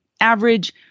average